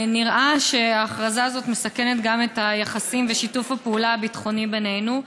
נראה שההכרזה הזאת מסכנת את היחסים ושיתוף הפעולה הביטחוני בינינו.